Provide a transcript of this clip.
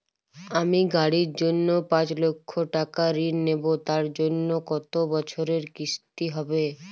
আমি গাড়ির জন্য পাঁচ লক্ষ টাকা ঋণ নেবো তার জন্য কতো বছরের কিস্তি হবে?